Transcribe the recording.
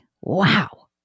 Wow